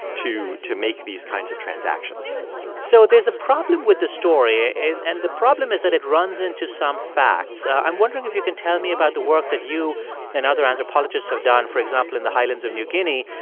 to to make these kinds of transactions so there's a problem with the story. and and the problem is that it runs into some facts. i'm wondering if you can tell me about the work that you and other anthropologists have done, for example, in the highlands of new guinea,